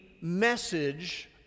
message